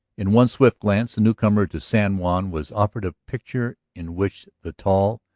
in one swift glance the newcomer to san juan was offered a picture in which the tall,